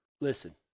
Listen